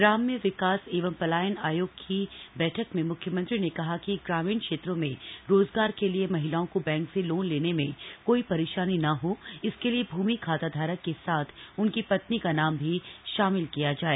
ग्राम्य विकास एवं पलायन आयोग की बैठक में मुख्यमंत्री ने कहा कि ग्रामीण क्षेत्रों में रोजगार के लिए महिलाओं को बैंक से लोन लेने में कोई परेशानी न हो इसके लिए भूमि खाताधारक के साथ उनकी पत्नी का नाम भी शामिल किया जाय